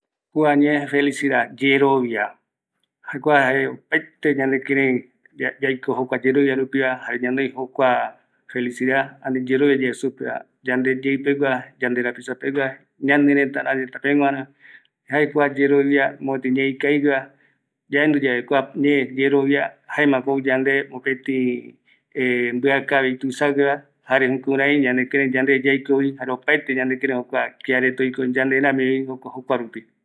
Kua ñee felicidad Yerovia, kua jae opaete ñanekïrëï yaiko jokua yerovia rupiva, ani ñanoi jokua felicidad, ani yerovia yae supeva, yande yeïpegua, yande rapisa pegua, ñaneretarareta peguara, jae kua yerovia mopëtï ñee ikavigueva, yaendu yave kua ñee yerovia, jaemako ou yande mopëtï mbia kavi tuisagueva, jare jukurai ñanekïreï yande yaikovi jare opaete ñanekïreï jokua kiareta oikovi yande ramivi jokua ruoi.